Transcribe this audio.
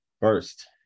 First